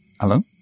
Hello